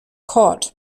caught